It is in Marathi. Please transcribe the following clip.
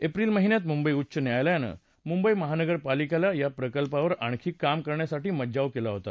एप्रिल महिन्यात मुंबई उच्च न्यायालयानं मुंबई महानगरपालिकेला या प्रकल्पावर आणखी काम करण्यासाठी मज्जाव केला होता